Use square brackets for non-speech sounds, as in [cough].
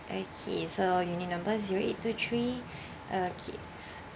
okay so unit number zero eight two three [breath] okay